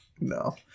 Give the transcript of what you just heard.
No